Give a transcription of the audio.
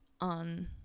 on